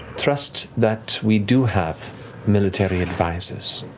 trust that we do have military advisors.